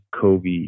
kobe